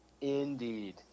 Indeed